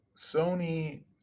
Sony